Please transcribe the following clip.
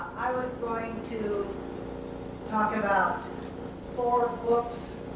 i was going to talk about four books,